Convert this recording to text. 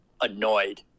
annoyed